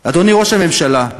אדוני ראש הממשלה,